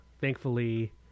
thankfully